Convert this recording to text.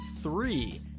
three